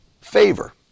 favor